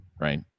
right